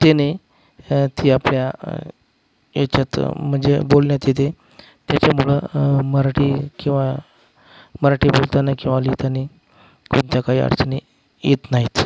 तेने त्या त्या याच्यात म्हणजे बोलण्यात येते त्याच्यामुळं मराठी किंवा मराठी बोलताना किंवा लिहिताना कोणत्या काही अडचणी येत नाहीत